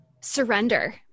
surrender